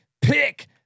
pick